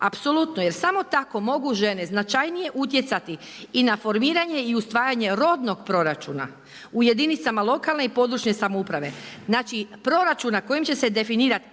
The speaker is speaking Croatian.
Apsolutno, jer samo tako mogu žene značajnije utjecati i na formiranje i usvajanje robnog proračuna, u jedinicama lokalne i područne samouprave. Znači proračuna koji će se definirati